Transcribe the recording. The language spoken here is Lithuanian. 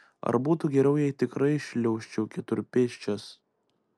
ar būtų geriau jei tikrai šliaužčiau keturpėsčias